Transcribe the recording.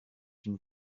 une